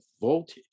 voltage